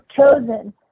chosen